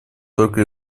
только